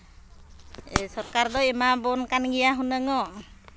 ᱥᱚᱨᱠᱟᱨ ᱫᱚᱭ ᱮᱢᱟᱵᱚᱱ ᱠᱟᱱ ᱜᱮᱭᱟ ᱦᱩᱱᱟᱹᱝ ᱚᱜ